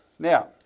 Now